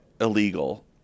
illegal